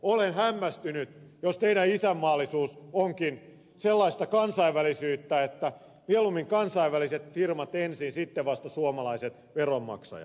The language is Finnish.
olen hämmästynyt jos teidän isänmaallisuutenne onkin sellaista kansainvälisyyttä että mieluummin kansainväliset firmat ensin sitten vasta suomalaiset veronmaksajat